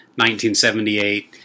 1978